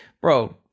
bro